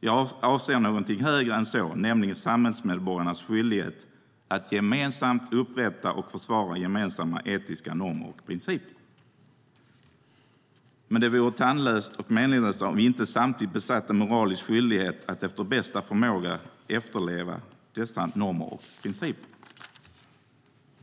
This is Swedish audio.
Jag avser någonting högre än så, nämligen samhällsmedborgarnas skyldighet att gemensamt upprätta och försvara gemensamma etiska normer och principer. Det vore tandlöst och meningslöst om vi inte samtidigt besatt en moralisk skyldighet att efter bästa förmåga efterleva dessa normer och principer.